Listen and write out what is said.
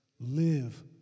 Live